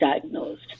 diagnosed